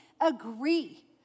agree